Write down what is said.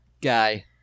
guy